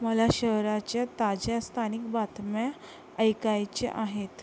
मला शहराच्या ताज्या स्थानिक बातम्या ऐकायच्या आहेत